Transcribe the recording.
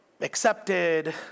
accepted